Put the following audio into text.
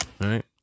right